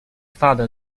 father